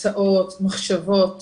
הצעות, מחשבות